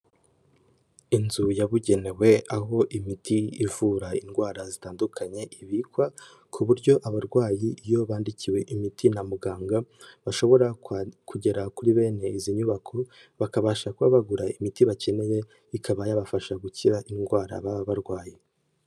Inzu yabugenewe, aho imiti ivura indwara zitandukanye ibikwa, ku buryo abarwayi iyo bandikiwe imiti na muganga, bashobora kugera kuri bene izi nyubako, bakabasha kuba bagura imiti bakeneye ikaba yabafasha gukira indwara baba barwaye.